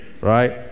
right